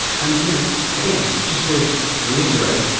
and you know again, just to reiterate,